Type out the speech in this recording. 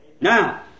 Now